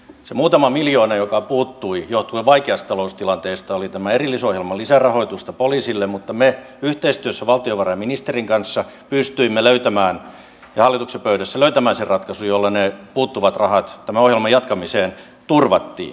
se muutama miljoona joka puuttui johtuen vaikeasta taloustilanteesta oli tämä erillisohjelma lisärahoitusta poliisille mutta me yhteistyössä valtiovarainministerin kanssa pystyimme hallituksen pöydässä löytämään sen ratkaisun jolla ne puuttuvat rahat tämän ohjelman jatkamiseen turvattiin